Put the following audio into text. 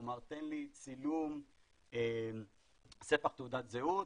כלומר: תן לי ספח תעודת זהות,